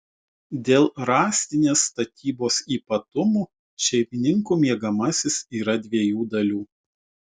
dėl rąstinės statybos ypatumų šeimininkų miegamasis yra dviejų dalių